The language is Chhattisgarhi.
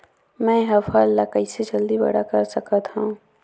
मैं ह फल ला कइसे जल्दी बड़ा कर सकत हव?